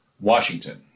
Washington